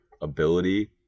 ability